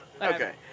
Okay